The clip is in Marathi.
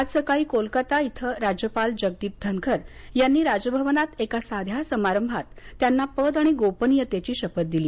आज सकाळी कोलकत्ता इथं राज्यपाल जगदीप धनखर यांनी राजभवनात एका साध्या समारंभात त्यांना पद आणि गोपनियतेची शपथ दिली